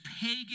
pagan